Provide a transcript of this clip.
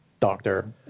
doctor